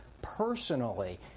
personally